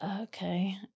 Okay